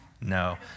No